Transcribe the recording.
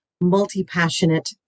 multi-passionate